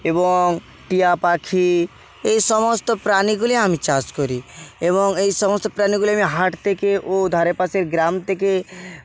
এবং টিয়া পাখি এই সমস্ত প্রাণীগুলি আমি চাষ করি এবং এই সমস্ত প্রাণীগুলি আমি হাট থেকে ও ধারেপাশের গ্রাম থেকে